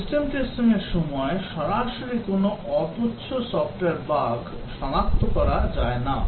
system টেস্টিংয়ের সময় সরাসরি কোনও অ তুচ্ছ সফ্টওয়্যার বাগ সনাক্ত করা যায় না